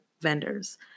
vendors